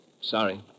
Sorry